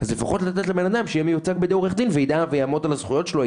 אז לפחות לתת לבן אדם שיהיה מיוצג בידי עורך דין ויעמוד על הזכויות שלו.